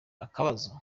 akabazo